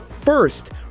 first